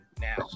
now